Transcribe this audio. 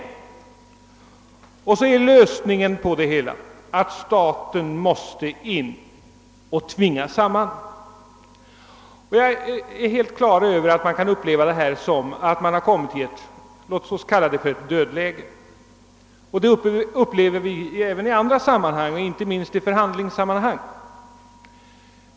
Lösningen på det problemet skulle vara att staten träder till och tvingar samman kommunerna. Jag är helt på det klara med att man kan uppleva en sådan situation som ett dödläge. Det gör vi också i andra sammanhang, inte minst vid förhandlingar.